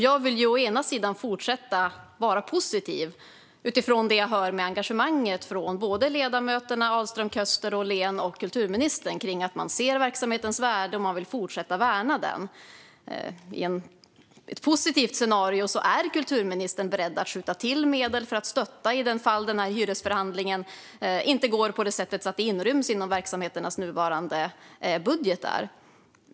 Jag vill fortsätta att vara positiv, utifrån det engagemang jag hör från ledamöterna Ahlström Köster, Ollén och kulturministern om att man vill fortsätta att värna verksamhetens värde. I ett positivt scenario är kulturministern beredd att skjuta till medel för att stötta i det fall hyresförhandlingen inte slutar så att den inryms inom verksamheternas nuvarande budgetar.